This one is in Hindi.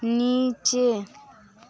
नीचे